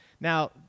Now